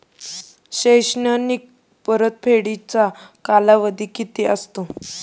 शैक्षणिक परतफेडीचा कालावधी किती असतो?